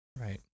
Right